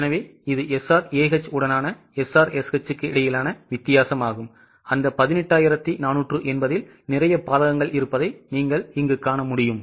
எனவே இது SRAH உடனான SRSH க்கு இடையிலான வித்தியாசம் அந்த 18480 இல் நிறைய பாதகங்கள் இருப்பதை நீங்கள் காண்பீர்கள்